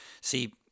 see